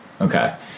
Okay